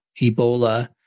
Ebola